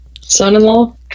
Son-in-law